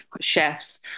chefs